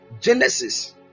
Genesis